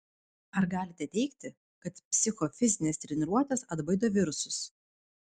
ar galite teigti kad psichofizinės treniruotės atbaido virusus